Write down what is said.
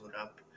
up